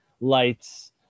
lights